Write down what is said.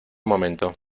momento